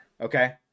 okay